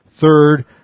Third